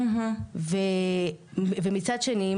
מצד שני,